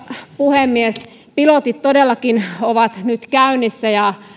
puhemies pilotit todellakin ovat nyt käynnissä ja